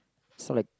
so like